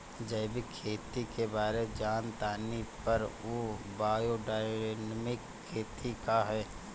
जैविक खेती के बारे जान तानी पर उ बायोडायनमिक खेती का ह?